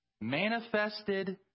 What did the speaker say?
manifested